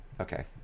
Okay